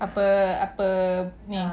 apa apa ni